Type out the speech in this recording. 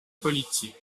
politique